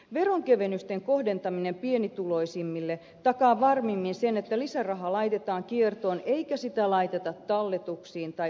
veronkevennysten kohdentaminen pienituloisimmille takaa varmimmin sen että lisäraha laitetaan kiertoon eikä sitä laiteta talletuksiin tai ulkomaanmatkoihin